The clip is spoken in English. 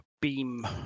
beam